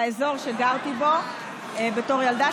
לאזור שגרתי בו בתור ילדה.